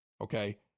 okay